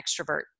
extrovert